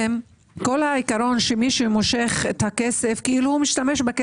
מי שמושך את הכסף זה כאילו הוא משתמש בו,